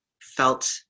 felt